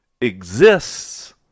exists